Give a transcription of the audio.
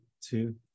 two